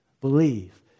believe